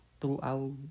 throughout